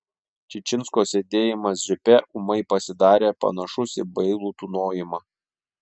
čičinsko sėdėjimas džipe ūmai pasidarė panašus į bailų tūnojimą